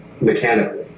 mechanically